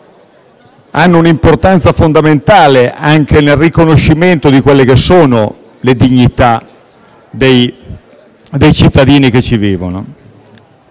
hanno un'importanza fondamentale anche nel riconoscimento della dignità dei cittadini che le vivono.